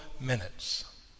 minutes